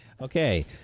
Okay